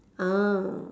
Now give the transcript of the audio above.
ah